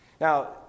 Now